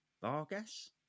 Vargas